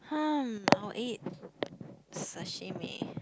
um I will eat sashimi